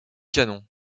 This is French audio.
canon